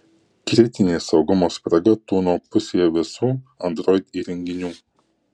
kritinė saugumo spraga tūno pusėje visų android įrenginių